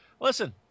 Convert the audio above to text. Listen